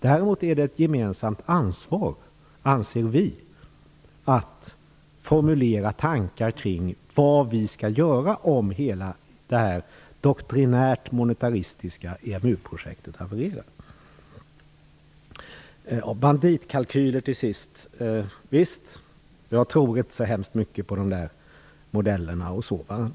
Däremot är det ett gemensamt ansvar, anser vi, att formulera tankar kring vad vi skall göra om hela det doktrinärt monetaristiska EMU-projektet havererar. Banditkalkyler till sist. Jag tror inte så mycket på de modellerna.